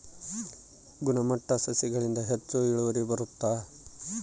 ಗುಣಮಟ್ಟ ಸಸಿಗಳಿಂದ ಹೆಚ್ಚು ಇಳುವರಿ ಬರುತ್ತಾ?